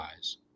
eyes